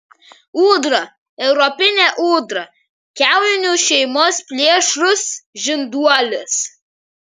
ūdra europinė ūdra kiauninių šeimos plėšrus žinduolis